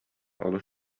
олус